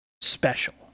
special